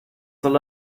soll